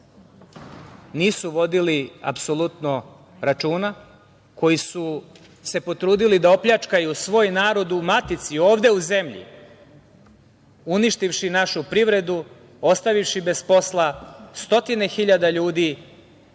nisu vodili apsolutno računa, koji su se potrudili da opljačkaju svoj narod u matici, ovde u zemlji uništivši našu privredu, ostavivši bez posla stotine hiljada ljudi